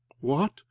What